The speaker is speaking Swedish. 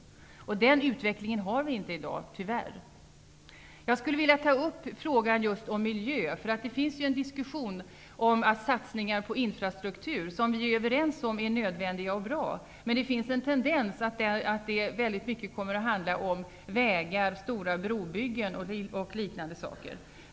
Den utvecklingen har vi inte i dag, tyvärr. Jag skulle vilja ta upp just frågan om miljö. Vi är överens om att satsningar på infrastruktur är nödvändiga och bra, men det finns en tendens att det väldigt mycket kommer att handla om vägar, stora brogyggen och liknande saker.